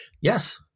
Yes